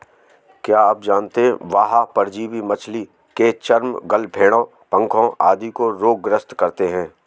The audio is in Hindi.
क्या आप जानते है बाह्य परजीवी मछली के चर्म, गलफड़ों, पंखों आदि को रोग ग्रस्त करते हैं?